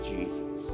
Jesus